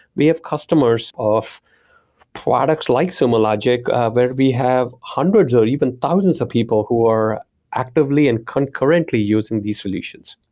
we have customers of products like sumo logic where we have hundreds or even thousands of people who are actively and concurrently using these solutions.